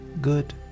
good